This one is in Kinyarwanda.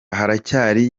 haracyari